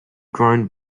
grown